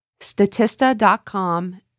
Statista.com